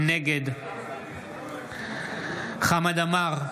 נגד חמד עמאר,